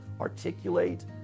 articulate